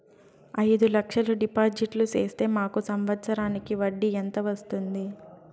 అయిదు లక్షలు డిపాజిట్లు సేస్తే మాకు సంవత్సరానికి వడ్డీ ఎంత వస్తుంది?